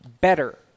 better